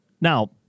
Now